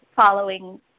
following